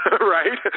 right